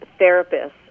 therapists